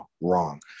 wrong